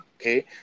okay